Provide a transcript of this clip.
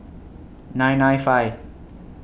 nine nine five